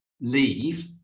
leave